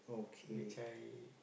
which I